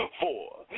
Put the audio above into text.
Four